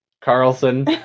Carlson